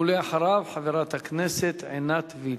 ואחריו, חברת הכנסת עינת וילף.